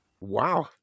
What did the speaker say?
Wow